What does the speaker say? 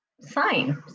sign